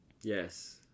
Yes